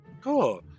Cool